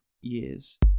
years